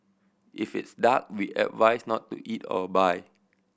if it's dark we advise not to eat or buy